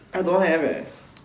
I don't have leh